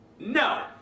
No